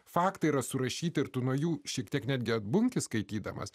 faktai yra surašyti ir tu nuo jų šiek tiek netgi atbunki skaitydamas